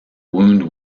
wound